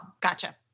Gotcha